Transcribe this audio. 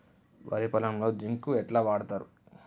వరి పొలంలో జింక్ ఎట్లా వాడుతరు?